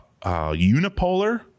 unipolar